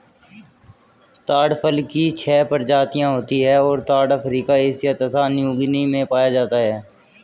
ताड़ फल की छह प्रजातियाँ होती हैं और ताड़ अफ्रीका एशिया तथा न्यूगीनी में पाया जाता है